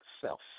Self